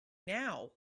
now